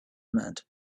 meant